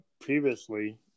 previously